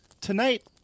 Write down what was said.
Tonight